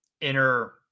inner